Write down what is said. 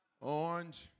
orange